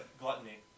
Gluttony